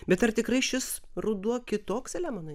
bet ar tikrai šis ruduo kitoks selemonai